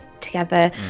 together